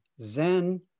Zen